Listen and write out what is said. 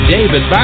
David